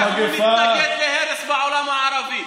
המגפה, ואנחנו נתנגד להרס בעולם הערבי.